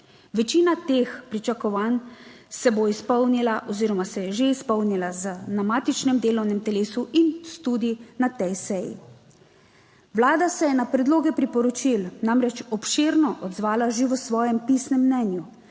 Večina teh pričakovanj se bo izpolnila oziroma se je že izpolnila na matičnem delovnem telesu in tudi na tej seji. Vlada se je na predloge priporočil namreč obširno odzvala že v svojem pisnem mnenju.